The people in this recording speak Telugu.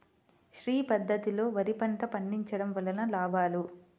శ్రీ పద్ధతిలో వరి పంట పండించడం వలన లాభాలు?